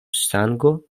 sango